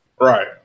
Right